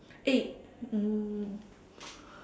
eh mm